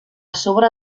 sobre